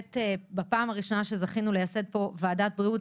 בפעם הראשונה שזכינו לייסד פה ועדת בריאות